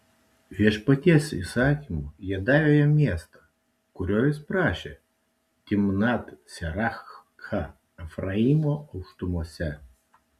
viešpaties įsakymu jie davė jam miestą kurio jis prašė timnat serachą efraimo aukštumose